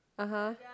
(uh huh)